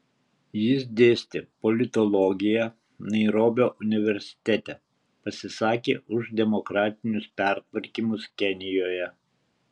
jis dėstė politologiją nairobio universitete pasisakė už demokratinius pertvarkymus kenijoje